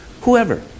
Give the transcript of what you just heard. whoever